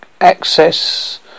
access